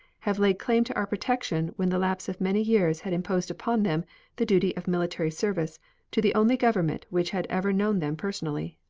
have laid claim to our protection when the lapse of many years had imposed upon them the duty of military service to the only government which had ever known them personally.